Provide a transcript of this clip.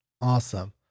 Awesome